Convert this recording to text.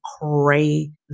crazy